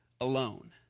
alone